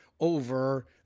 over